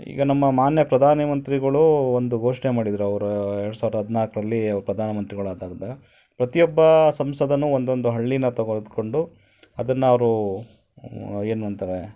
ಈಗ ನಮ್ಮ ಮಾನ್ಯ ಪ್ರಧಾನ ಮಂತ್ರಿಗಳು ಒಂದು ಘೋಷಣೆ ಮಾಡಿದ್ರು ಅವ್ರು ಎರಡು ಸಾವಿರದ ಹದಿನಾಲ್ಕರಲ್ಲಿ ಅವ್ರು ಪ್ರಧಾನ ಮಂತ್ರಿಗುಳಾದಾಗ ಪ್ರತಿಯೊಬ್ಬ ಸಂಸದನೂ ಒಂದೊಂದು ಹಳ್ಳಿನ ತೆಗೆದ್ಕೊಂಡು ಅದನ್ನು ಅವ್ರು ಏನಂತಾರೆ